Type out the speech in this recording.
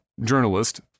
journalist